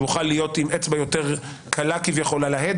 שהוא יוכל להיות עם אצבע יותר קלה על ההדק